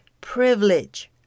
privilege